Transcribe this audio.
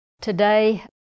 Today